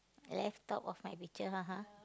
left out of my picture uh-huh